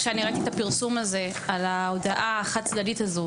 כשאני ראיתי את הפרסום הזה על ההודעה החד צדדית הזו,